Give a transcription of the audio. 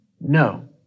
No